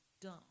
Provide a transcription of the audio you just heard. dumb